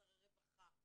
שרי רווחה,